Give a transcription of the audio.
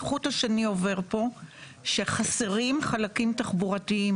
כחוט השני עובר פה שחסרים פה חלקים תחבורתיים,